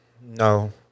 No